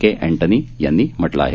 के Antony यांनी म्हटलं आहे